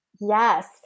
Yes